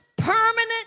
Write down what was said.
Permanent